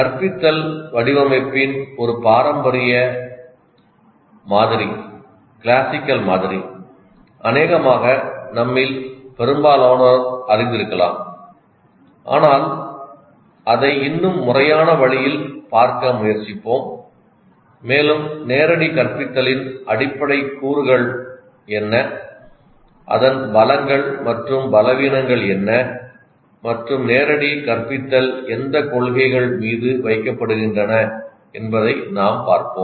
கற்பித்தல் வடிவமைப்பின் ஒரு பாரம்பரிய மாதிரி அநேகமாக நம்மில் பெரும்பாலோர் அறிந்திருக்கலாம் ஆனால் அதை இன்னும் முறையான வழியில் பார்க்க முயற்சிப்போம் மேலும் நேரடி கற்பித்தலின் அடிப்படை கூறுகள் என்ன அதன் பலங்கள் மற்றும் பலவீனங்கள் என்ன மற்றும் நேரடி கற்பித்தல் எந்த கொள்கைகள் மீது வைக்கப்படுகின்றன என்பதை நாம் பார்ப்போம்